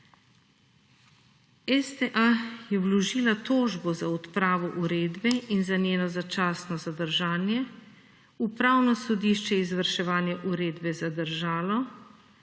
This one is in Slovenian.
STA je vložila tožbo za odpravo uredbe in za njeno začasno zadržanje, Upravno sodišče je izvrševanje uredbe zadržalo,